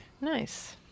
Nice